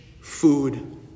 food